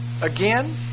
again